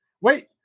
Wait